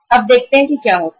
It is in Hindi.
अब देखते हैं कि क्या होता है